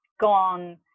gone